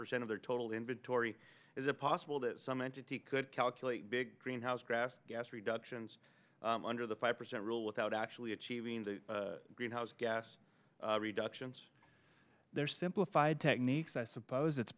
percent of their total inventory is it possible that some entity could calculate big greenhouse gas gas reductions under the five percent rule without actually achieving the greenhouse gas reductions they're simplified techniques i suppose it's